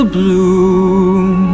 bloom